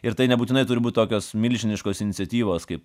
ir tai nebūtinai turi būti tokios milžiniškos iniciatyvos kaip